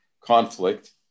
conflict